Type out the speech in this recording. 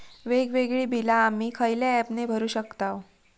वेगवेगळी बिला आम्ही खयल्या ऍपने भरू शकताव?